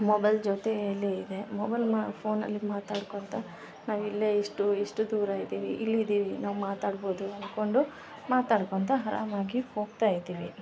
mobile ಜೊತೇಲಿ ಇದೆ mobile ಮಾ ಫೋನಲ್ಲಿ ಮಾತಾಡ್ಕೊತ ನಾವಿಲ್ಲೆ ಇಷ್ಟು ಇಷ್ಟು ದೂರ ಇದೀವಿ ಇಲ್ಲಿದೀವಿ ನಾವು ಮಾತಾಡ್ಬೋದು ಅನ್ಕೊಂಡು ಮಾತಾಡ್ಕೊತ ಆರಾಮಾಗಿ ಹೋಗ್ತಾಯಿದ್ದೀವಿ